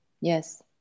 Yes